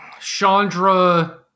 Chandra